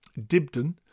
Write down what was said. Dibden